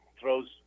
throws